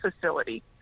facility